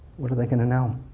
what are they going to know?